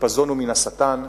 החיפזון הוא מן השטן.